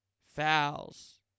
fouls